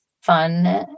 fun